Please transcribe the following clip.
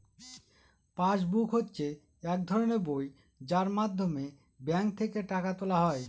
pass book হচ্ছে এক ধরনের বই যার মাধ্যমে ব্যাঙ্ক থেকে টাকা তোলা হয়